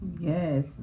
Yes